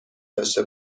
داشته